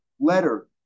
letter